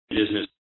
business